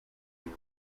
fait